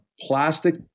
plastic